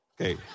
Okay